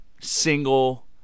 single